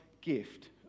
gift